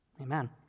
amen